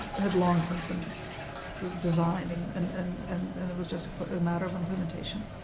had long since been designed. and and and and and it was just a matter of implementation.